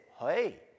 hey